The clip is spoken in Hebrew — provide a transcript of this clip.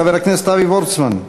חבר הכנסת אבי וורצמן,